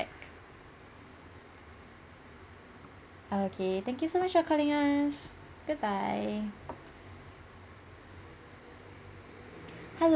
~ck okay thank you so much for calling us goodbye he~